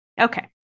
Okay